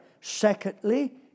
Secondly